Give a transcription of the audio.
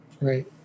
Right